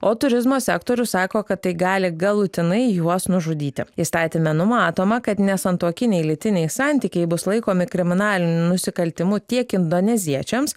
o turizmo sektorius sako kad tai gali galutinai juos nužudyti įstatyme numatoma kad nesantuokiniai lytiniai santykiai bus laikomi kriminaliniu nusikaltimu tiek indoneziečiams